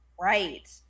right